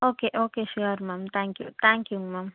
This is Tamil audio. okay okay sure ma'am thank you தேங்க்யூங்க மேம்